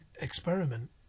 experiment